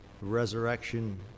Resurrection